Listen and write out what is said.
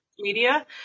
media